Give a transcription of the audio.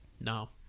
No